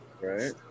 Right